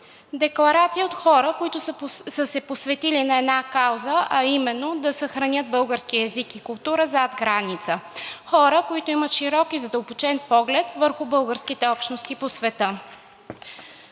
Декларация от хора, които са се посветили на една кауза, а именно да съхранят българския език и култура зад граница, хора, които имат широк и задълбочен поглед върху българските общности по света.